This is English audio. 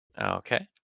Okay